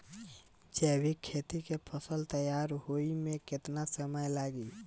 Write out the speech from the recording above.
जैविक खेती के फसल तैयार होए मे केतना समय लागी?